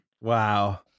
Wow